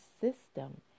system